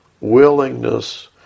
willingness